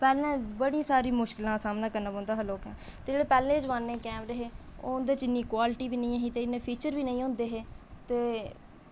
पैह्लें बड़ी सारी मुश्कलें सामना करना पौंदा हा लोकें ते जेह्डे़ पैह्लें जमान्ने दे कैमरे हे ओह् उं'दे च इन्नी क्वालिटी बी निं ही ते इन्ने फीचर बी नेईं होंदे हे